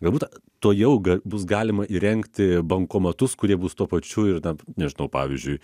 galbūt tuojau ga bus galima įrengti bankomatus kurie bus tuo pačiu ir na nežinau pavyzdžiui